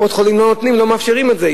קופות-החולים לא מאפשרות את זה.